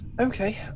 Okay